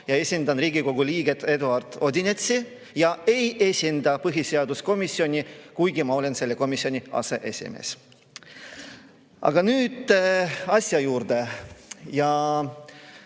ja esindan Riigikogu liiget Eduard Odinetsi, aga ei esinda põhiseaduskomisjoni, kuigi ma olen selle komisjoni aseesimees. Aga nüüd asja juurde. Kuigi